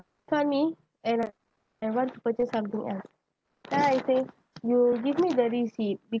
refund me and I want to purchase something else then I say you give me the receipt be~